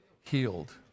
Healed